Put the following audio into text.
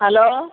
hello